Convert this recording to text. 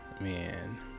Man